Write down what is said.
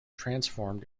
transformed